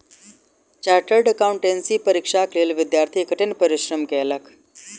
chartered accountancy परीक्षाक लेल विद्यार्थी कठिन परिश्रम कएलक